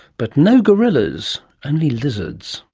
but no gorillas, only lizards.